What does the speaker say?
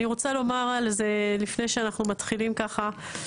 אני רוצה לומר על זה לפני שאנחנו מתחילים ככה,